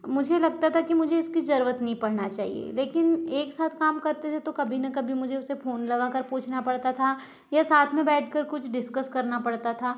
मुझे लगता था कि मुझे इसकी जरूरत नहीं पड़ना चाहिए लेकिन एक साथ काम करते थे तो कभी न कभी मुझे उसे फोन लगाकर पूछना पड़ता था या साथ में बैठकर कुछ डिस्कस करना पड़ता था